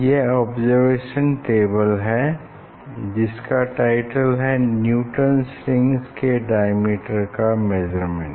यह observation table है जिसका टाइटल है न्यूटन्स रिंग्स के डायमीटर का मेजरमेंट